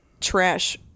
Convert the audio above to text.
trash